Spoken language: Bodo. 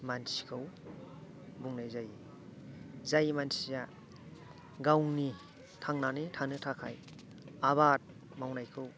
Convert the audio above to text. मानसिखौ बुंनाय जायो जाय मानसिया गावनि थांनानै थानो थाखाय आबाद मावनायखौ